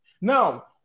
Now